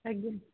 ଆଜ୍ଞା